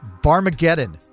Barmageddon